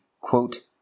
quote